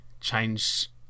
change